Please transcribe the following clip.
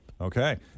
okay